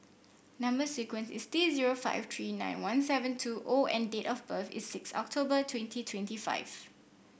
number sequence is T zero five three nine one seven two O and date of birth is six October twenty twenty five